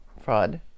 fraud